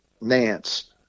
Nance